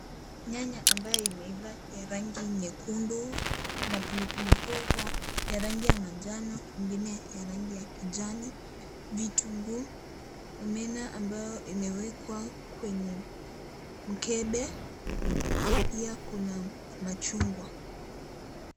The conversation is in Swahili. Nyanya ambayo imeiva ya rangi nyekundu. Kuna pilipili hoho ya rangi ya manjano, ingine ya rangi ya kijani, vitunguu, omena ambao umewekwa kwenye mkebe, pia kuna machungwa.